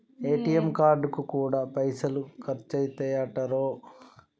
ATM కార్డుకు గూడా పైసలు ఖర్చయితయటరో